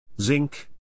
zinc